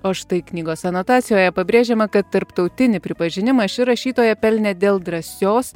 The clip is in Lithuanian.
o štai knygos anotacijoje pabrėžiama kad tarptautinį pripažinimą ši rašytoja pelnė dėl drąsios